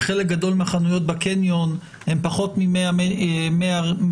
חלק גדול מהחנויות בקניון הן פחות מ-100 מטרים